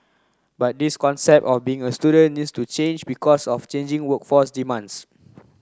but this concept of being a student needs to change because of changing workforce demands